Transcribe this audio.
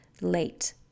late